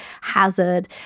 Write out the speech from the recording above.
hazard